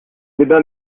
débat